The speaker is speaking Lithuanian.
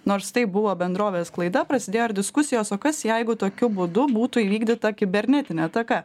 nors tai buvo bendrovės klaida prasidėjo ir diskusijos o kas jeigu tokiu būdu būtų įvykdyta kibernetinė ataka